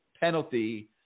penalty